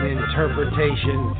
interpretation